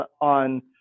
on